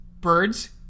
Birds